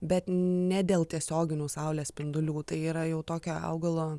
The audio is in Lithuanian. bet ne dėl tiesioginių saulės spindulių tai yra jau tokio augalo